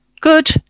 good